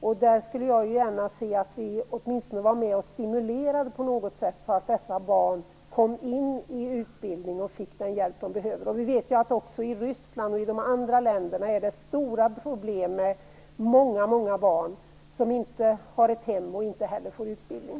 Jag skulle gärna se att vi åtminstone var med och stimulerade på något sätt så att dessa barn kom in i utbildning och fick den hjälp de behöver. Vi vet att det också är stora problem i Ryssland och i andra länder. Där finns det många barn som inte har några hem och som inte heller får utbildning.